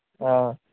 ہاں